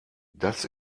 das